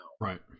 Right